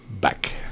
back